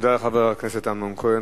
תודה לחבר הכנסת אמנון כהן.